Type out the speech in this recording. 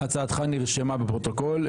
הצעתם נרשמה בפרוטוקול.